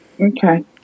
Okay